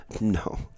No